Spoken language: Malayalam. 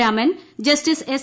Raman justice S